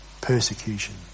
persecution